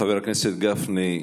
חבר הכנסת גפני,